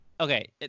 Okay